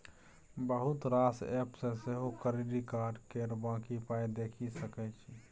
बहुत रास एप्प सँ सेहो क्रेडिट कार्ड केर बाँकी पाइ देखि सकै छी